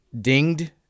dinged